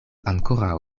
ankoraŭ